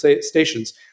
stations